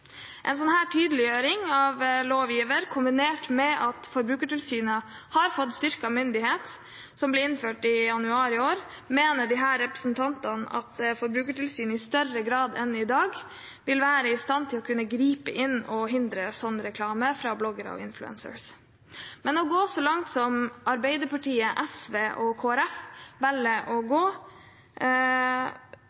tydeliggjøring av lovgiver, kombinert med at Forbrukertilsynet har fått styrket myndighet, som ble innført i januar i år, mener disse representantene at Forbrukertilsynet i større grad enn i dag vil være i stand til å kunne gripe inn og hindre sånn reklame fra bloggere og influencere. Men Arbeiderpartiet, SV og Kristelig Folkeparti velger å gå lenger, og de ser ikke noen andre løsninger enn å